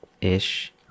ish